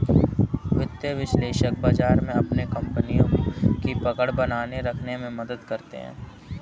वित्तीय विश्लेषक बाजार में अपनी कपनियों की पकड़ बनाये रखने में मदद करते हैं